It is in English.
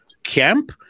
camp